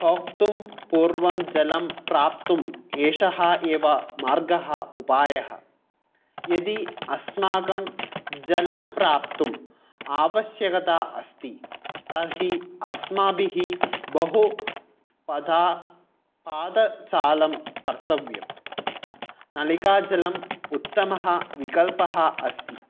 भोक्तुं पूर्वं जलं प्राप्तुं एषः एव मार्गः उपायः यदि अस्माकं जलं प्राप्तुम् आवश्यकता अस्ति तर्हि अस्माभिः बहु पधा पादचालं कर्तव्यं नलिकाजलम् उत्तमः विकल्पः अस्ति